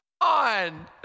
on